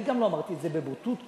אני לא אמרתי את זה בבוטות כזאת.